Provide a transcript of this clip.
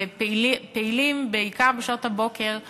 ופעילים בעיקר בשעות הבוקר המוקדמות,